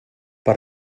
per